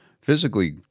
physically